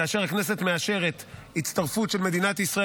כאשר הכנסת מאשרת הצטרפות של מדינת ישראל